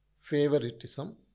favoritism